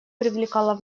привлекала